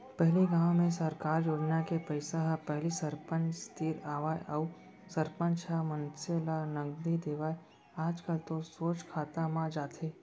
पहिली गाँव में सरकार योजना के पइसा ह पहिली सरपंच तीर आवय अउ सरपंच ह मनसे ल नगदी देवय आजकल तो सोझ खाता म जाथे